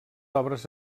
obres